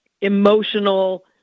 emotional